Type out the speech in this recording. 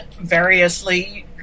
variously